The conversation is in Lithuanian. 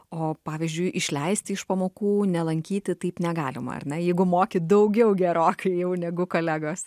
o pavyzdžiui išleisti iš pamokų nelankyti taip negalima ar na jeigu moki daugiau gerokai jau negu kolegos